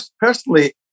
Personally